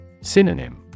Synonym